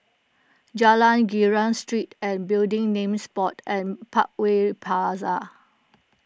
Jalan Girang Street and Building Names Board and Partway Paza